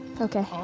Okay